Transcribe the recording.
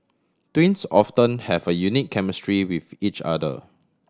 twins often have a unique chemistry with each other